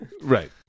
Right